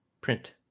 print